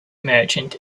merchant